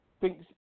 Thinks